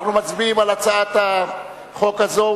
אנחנו מצביעים על הצעת החוק הזאת,